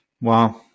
Wow